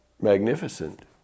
magnificent